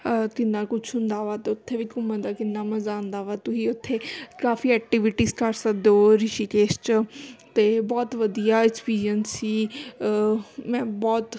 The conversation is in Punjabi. ਕਿੰਨਾਂ ਕੁਛ ਹੁੰਦਾ ਵਾ ਅਤੇ ਉੱਥੇ ਵੀ ਘੁੰਮਣ ਦਾ ਕਿੰਨਾਂ ਮਜ਼ਾ ਆਉਂਦਾ ਵਾ ਤੁਸੀਂ ਉੱਥੇ ਕਾਫੀ ਐਕਟੀਵਿਟੀਜ਼ ਕਰ ਸਕਦੇ ਹੋ ਰਿਸ਼ੀਕੇਸ਼ 'ਚ ਅਤੇ ਬਹੁਤ ਵਧੀਆ ਐਕਸਪੀਰੀਅੰਸ ਸੀ ਮੈਂ ਬਹੁਤ